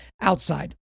outside